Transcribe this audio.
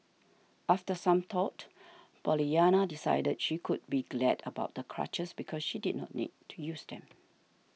after some thought Pollyanna decided she could be glad about the crutches because she did not need to use them